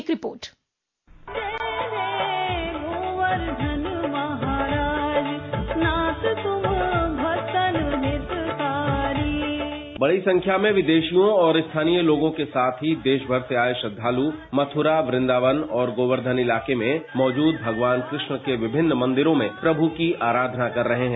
एक रिपोर्ट बड़ी संख्या में विदेशियों और स्थानीय लोगों के साथ ही देश भर से आए श्रद्वालु मथुरा वृंदावन और गोवर्धन इलाके में मौजूद भगवान कृष्ण के विभिन्न मंदिरों में प्रभू की आराधना कर रहे हैं